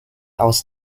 aus